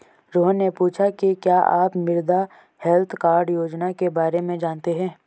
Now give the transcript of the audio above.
रोहन ने पूछा कि क्या आप मृदा हैल्थ कार्ड योजना के बारे में जानते हैं?